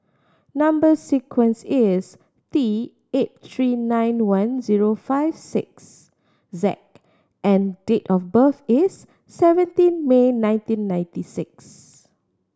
number sequence is T eight three nine one zero five six Z and date of birth is seventeen May nineteen ninety six